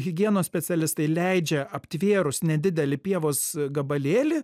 higienos specialistai leidžia aptvėrus nedidelį pievos gabalėlį